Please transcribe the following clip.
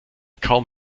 kaum